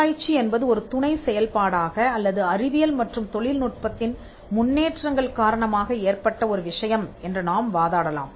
ஆராய்ச்சி என்பது ஒரு துணை செயல்பாடாக அல்லது அறிவியல் மற்றும் தொழில்நுட்பத்தின் முன்னேற்றங்கள் காரணமாக ஏற்பட்ட ஒரு விஷயம் என்று நாம் வாதாடலாம்